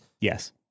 Yes